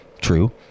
true